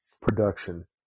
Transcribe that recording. production